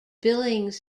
billings